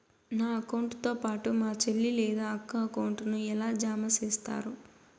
నా అకౌంట్ తో పాటు మా చెల్లి లేదా అక్క అకౌంట్ ను ఎలా జామ సేస్తారు?